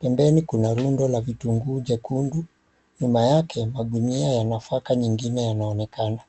Pembeni kuna rundo la vitunguu jekundu, nyuma yake magunia ya nafaka nyingine yanaonekana.